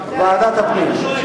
ועדת הפנים.